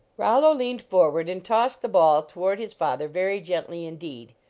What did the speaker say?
rollo leaned forward and tossed the ball toward his father very gently indeed,